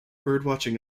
birdwatching